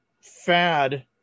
fad